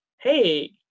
hey